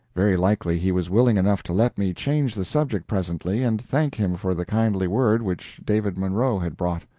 very likely he was willing enough to let me change the subject presently and thank him for the kindly word which david munro had brought.